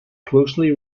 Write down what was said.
closely